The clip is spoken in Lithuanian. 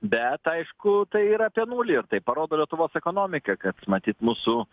bet aišku tai yra apie nulį ir tai parodo lietuvos ekonomika kad matyt mūsų